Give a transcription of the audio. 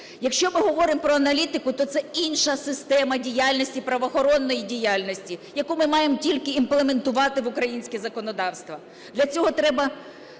Якщо ми говоримо про аналітику, то це інша система діяльності правоохоронної діяльності, яку ми маємо тільки імплементувати в українське законодавство. Для цього треба